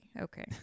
okay